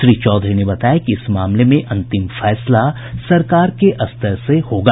श्री चौधरी ने बताया कि इस मामले में अंतिम फैसला सरकार के स्तर से होगा